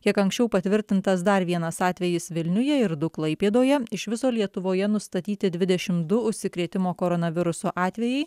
kiek anksčiau patvirtintas dar vienas atvejis vilniuje ir du klaipėdoje iš viso lietuvoje nustatyti dvidešim du užsikrėtimo koronavirusu atvejai